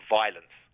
violence